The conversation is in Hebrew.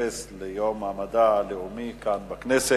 להתייחס ליום המדע הלאומי כאן בכנסת.